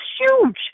huge